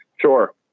Sure